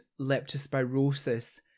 leptospirosis